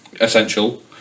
essential